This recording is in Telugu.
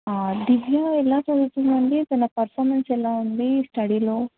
దివ్య ఎలా చదువుతుందండి తన పర్ఫామెన్స్ ఎలా ఉంది స్టడీలో